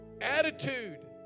Attitude